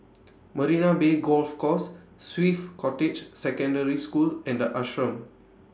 Marina Bay Golf Course Swiss Cottage Secondary School and The Ashram